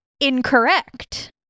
Incorrect